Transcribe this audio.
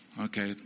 Okay